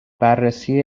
بررسی